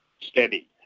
steady